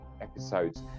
episodes